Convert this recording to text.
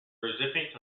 recipient